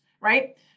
right